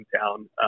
town